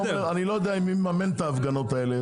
אני לא יודע מי מממן את ההפגנות האלה.